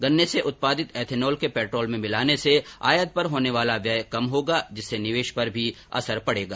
गन्ने से उत्पादित इथेनॉल के पैट्रॉल में मिलाने से आयात पर होने वाला व्यय कम होगा जिससे निवेश पर भी असर पड़ेगा